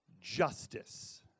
justice